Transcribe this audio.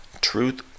Truth